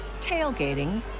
tailgating